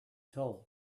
told